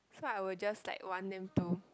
so I will just like want them to